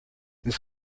this